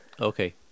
Okay